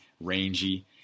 rangy